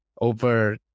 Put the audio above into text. over